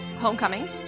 Homecoming